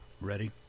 Ready